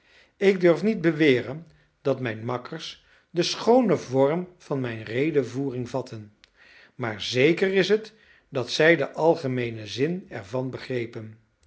ik durf niet beweren dat mijn makkers den schoonen vorm van mijn redevoering vatten maar zeker is het dat zij den algemeenen zin ervan begrepen